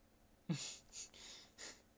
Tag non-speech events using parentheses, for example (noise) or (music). (laughs)